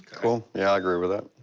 cool. yeah, i agree with that.